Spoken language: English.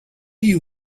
you